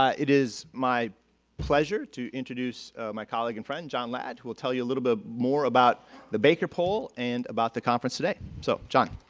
um it is my pleasure to introduce my colleague and friend jon ladd who will tell you a little bit more about the baker poll and about the conference today so jon.